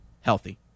healthy